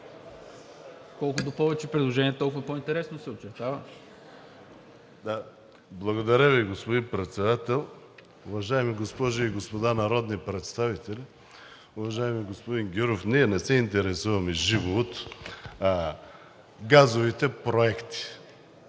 Колкото повече предложения, толкова по-интересно се очертава… МУСТАФА КАРАДАЙЪ (ДПС): Благодаря Ви, господин Председател. Уважаеми госпожи и господа народни представители! Уважаеми господин Гюров, ние не се интересуваме живо от газовите проекти,